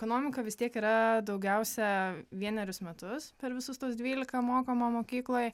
ekonomika vis tiek yra daugiausia vienerius metus per visus tuos dvylika mokoma mokykloj